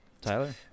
Tyler